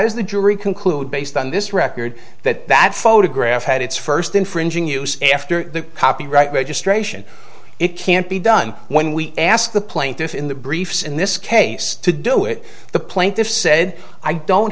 does the jury conclude based on this record that that photograph had its first infringing use after the copyright registration it can't be done when we ask the plaintiffs in the briefs in this case to do it the plaintiffs said i don't